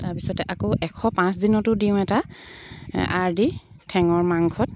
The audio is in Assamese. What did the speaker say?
তাৰপিছতে আকৌ এশ পাঁচদিনতো দিওঁ এটা আৰ দি ঠেঙৰ মাংসত